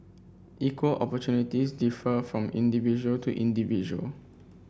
equal opportunities differ from individual to individual